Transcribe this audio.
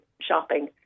shopping